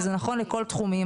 וזה נכון לכול התחומים,